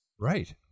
Right